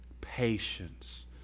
Patience